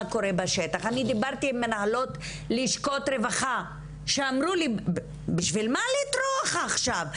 דיברתי עם מנהלות של לשכות רווחה שאמרו לי בשביל מה לטרוח עכשיו?